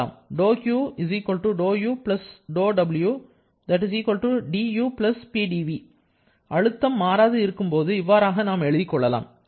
δq du δw du Pdv அழுத்தம் மாறாது இருக்கும்போது இவ்வாறாக நாம் எழுதிக் கொள்ளலாம்